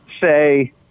say